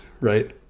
right